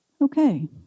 Okay